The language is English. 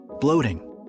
bloating